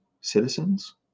citizens